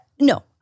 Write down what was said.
no